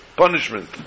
punishment